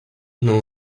know